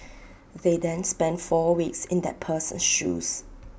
they then spend four weeks in that person's shoes